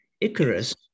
Icarus